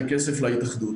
את הכסף להתאחדות.